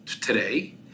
today